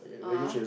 (uh huh)